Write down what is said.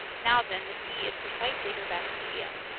now then, the sea is precisely their best medium,